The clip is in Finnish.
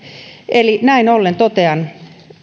eli näin ollen totean